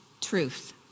truth